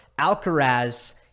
Alcaraz